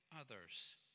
others